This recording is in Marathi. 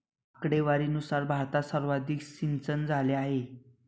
आकडेवारीनुसार भारतात सर्वाधिक सिंचनझाले आहे